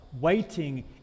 waiting